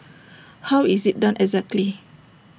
how is IT done exactly